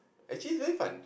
actually it's quite fun